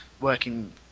working